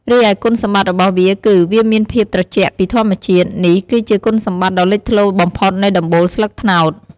រីឯគុណសម្បត្តិរបស់វាគឺ វាមានភាពត្រជាក់ពីធម្មជាតិ នេះគឺជាគុណសម្បត្តិដ៏លេចធ្លោបំផុតនៃដំបូលស្លឹកត្នោត។